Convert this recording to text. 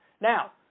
Now